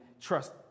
trust